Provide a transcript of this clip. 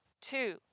Two